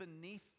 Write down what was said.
beneath